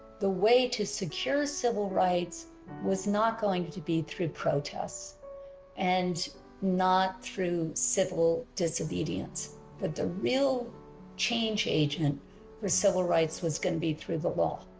the way to secure civil rights was not going to be through protests and not through civil disobedience but the real change agent for civil rights was going to be through the law.